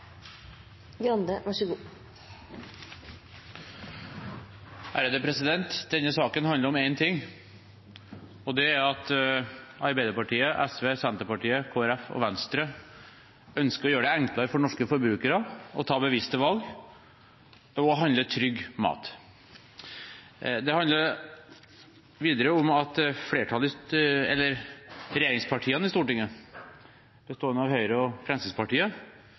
at Arbeiderpartiet, SV, Senterpartiet, Kristelig Folkeparti og Venstre ønsker å gjøre det enklere for norske forbrukere å ta bevisste valg og handle trygg mat. Det handler videre om at regjeringspartiene i Stortinget, bestående av Høyre og Fremskrittspartiet,